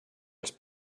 els